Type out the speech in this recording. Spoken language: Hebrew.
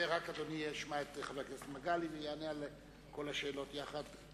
אדוני ישמע את חבר הכנסת מגלי והבה ויענה על כל השאלות ביחד.